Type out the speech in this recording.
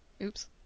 Oops